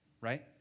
right